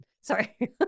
Sorry